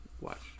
watch